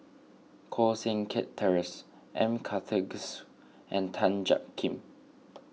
Koh Seng Kiat Terence M Karthigesu and Tan Jiak Kim